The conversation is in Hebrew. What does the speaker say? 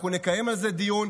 אנחנו נקיים על זה דיון,